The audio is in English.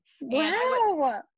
Wow